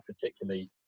particularly